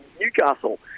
Newcastle